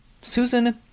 Susan